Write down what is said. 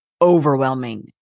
Overwhelming